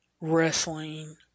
wrestling